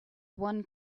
one